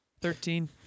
Thirteen